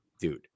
dude